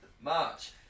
March